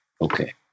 okay